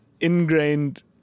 ingrained